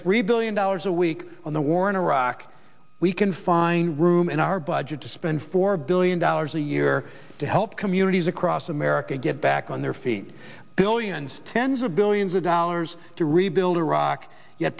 three billion dollars a week on the war in iraq we can find room in our budget to spend four billion dollars a year to help communities across america get back on their feet billions tens of billions of dollars to rebuild iraq ye